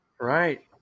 Right